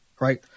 right